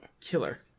killer